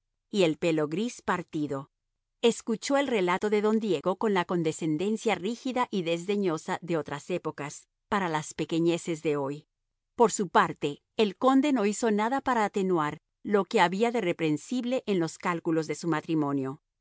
y el pelo gris partido escuchó el relató de don diego con la condescendencia rígida y desdeñosa de otras épocas para las pequeñeces de hoy por su parte el conde no hizo nada para atenuar lo que había de reprensible en los cálculos de su matrimonio